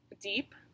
Deep